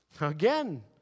Again